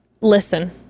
listen